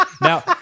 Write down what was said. now